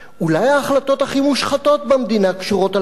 אולי ההחלטות הכי מושחתות במדינה קשורות אליו,